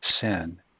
sin